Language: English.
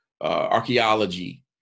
archaeology